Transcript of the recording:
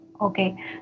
Okay